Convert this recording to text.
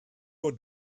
your